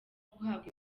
guhabwa